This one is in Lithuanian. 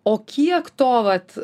o kiek to vat